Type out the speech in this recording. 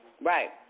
Right